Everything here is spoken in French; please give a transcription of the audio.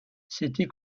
c’était